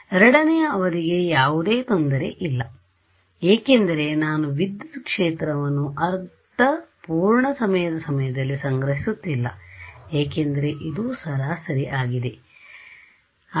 ಎರಡನೆಯ ಅವಧಿಗೆ ಯಾವುದೇ ತೊಂದರೆ ಇಲ್ಲ ಏಕೆಂದರೆ ನಾನು ವಿದ್ಯುತ್ ಕ್ಷೇತ್ರವನ್ನು ಅರ್ಧ ಪೂರ್ಣ ಸಮಯದ ಸಮಯದಲ್ಲಿ ಸಂಗ್ರಹಿಸುತ್ತಿಲ್ಲ ಏಕೆಂದರೆ ಇದು ಸರಾಸರಿ ಆಯಿತು